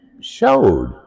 showed